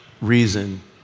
reason